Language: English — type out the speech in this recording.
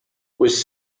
was